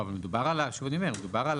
אבל מדובר על הארכות,